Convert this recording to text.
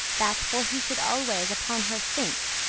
that, for he should always upon her think,